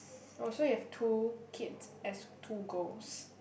oh so you have two kids as two goals